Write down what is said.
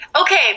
okay